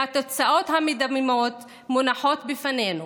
והתוצאות המדממות מונחות בפנינו.